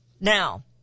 Now